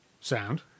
sound